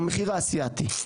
המחיר האסיאתי.